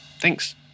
Thanks